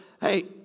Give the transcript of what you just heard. hey